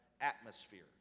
atmosphere